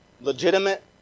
legitimate